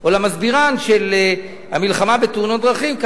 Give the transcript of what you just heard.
או למסבירן של המלחמה בתאונות הדרכים.